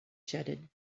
jetted